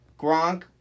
Gronk